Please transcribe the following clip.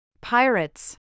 Pirates